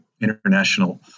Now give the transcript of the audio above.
International